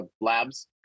labs